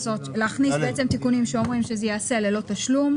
להכניס תיקונים שאומרים שזה ייעשה ללא תשלום,